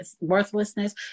worthlessness